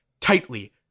tightly